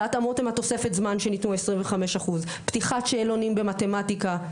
וההתאמות הן תוספת זמן שניתנו 25%. פתיחת שאלונים במתמטיקה.